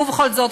ובכל זאת,